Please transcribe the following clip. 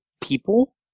people